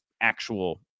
actual